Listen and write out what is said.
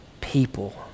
people